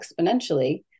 exponentially